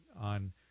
on